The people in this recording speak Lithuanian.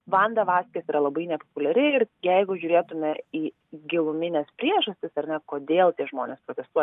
vanda vaskes yra labai nepopuliari ir jeigu žiūrėtume į gilumines priežastis ar ne kodėl tie žmonės protestuoja